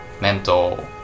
mental